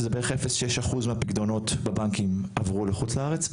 שזה בערך 0.6% מהפיקדונות בבנקים עברו לחוץ לארץ,